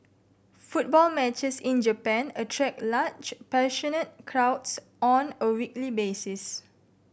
football matches in Japan attract large passionate crowds on a weekly basis